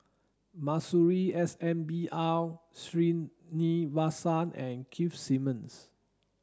Masuri S N B R Sreenivasan and Keith Simmons